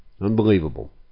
Unbelievable